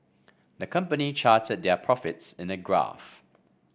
the company charted their profits in a graph